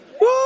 Woo